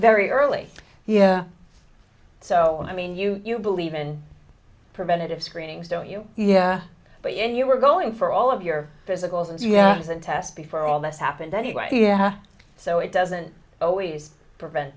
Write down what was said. very early yeah so i mean you believe in preventative screenings don't you yeah but you and you were going for all of your physicals and yaps and test before all this happened anyway so it doesn't always prevent